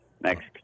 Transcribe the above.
Next